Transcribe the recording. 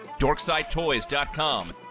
DorksideToys.com